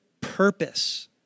purpose